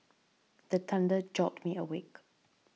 the thunder jolt me awake